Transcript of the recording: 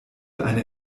eine